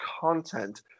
content